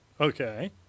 Okay